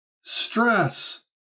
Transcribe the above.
stress